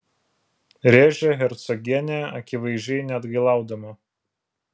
rėžia hercogienė akivaizdžiai neatgailaudama